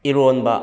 ꯏꯔꯣꯟꯕ